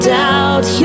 doubt